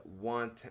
want